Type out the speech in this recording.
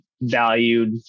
valued